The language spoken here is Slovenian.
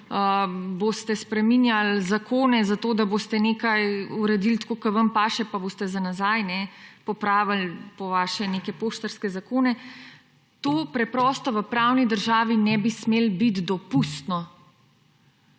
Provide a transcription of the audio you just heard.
boste spreminjali zakone zato, da boste nekaj uredili tako, kot vam paše, pa boste za nazaj popravili, po vaše, neke »poštarske« zakone. To preprosto v pravni državi ne bi smelo biti dopustno.